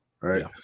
Right